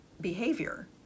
Behavior